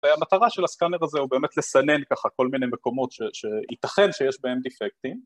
והמטרה של הסקאנר הזה הוא באמת לסנן ככה כל מיני מקומות שיתכן שיש בהם דיפקטים